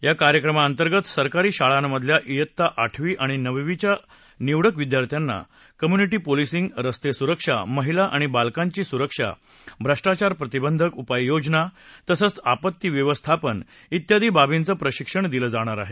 या कार्यक्रमातर्गत सरकारी शाळांमधल्या वित्ता आठवी आणि नववीच्या निवडक विद्यार्थ्यांना कम्युनिटी पोलिसिंग रस्ते सुरक्षा महिला आणि बालकांची सुरक्षा भ्रष्टाचार प्रतिबंधक उपाययोजना तसंच आपत्ती व्यवस्थापन वियादी बाबींचं प्रशिक्षण दिलं जाणार आहे